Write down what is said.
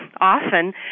often